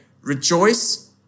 rejoice